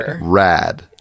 rad